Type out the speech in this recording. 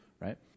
right